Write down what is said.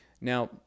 Now